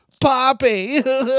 poppy